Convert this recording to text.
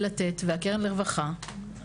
לתת והקרן לרווחה,